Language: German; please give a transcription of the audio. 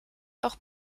auch